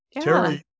Terry